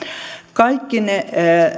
kaikki ne